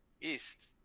East